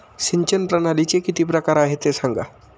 सिंचन प्रणालीचे किती प्रकार आहे ते सांगा